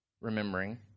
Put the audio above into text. remembering